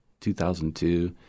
2002